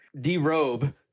derobe